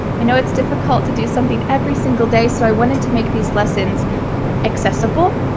i know it's difficult to do something every single day, so i wanted to make these lessons accessible,